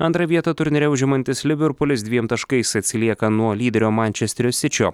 antrą vietą turnyre užimantis liverpulis dviem taškais atsilieka nuo lyderio mančesterio sičio